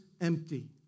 empty